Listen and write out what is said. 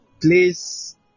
Please